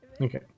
Okay